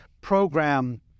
program